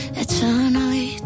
eternally